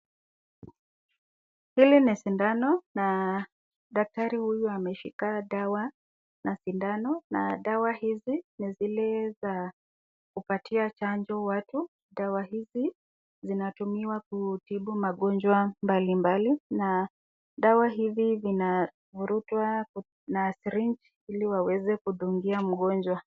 Hili ni shindano na daktari huyu ameshika dawa na shindano, na shindano hizi ni zile za kupatia chanjo watu. Dawa hizi zinatumiwa kutibu magonjwa mbali mbali na dawa hizi zinafurutwa na sryeng iliwaweze kudungia mgonjwa.